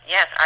Yes